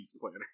planner